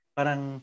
Parang